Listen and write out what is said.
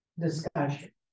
Discussion